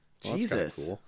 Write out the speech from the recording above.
Jesus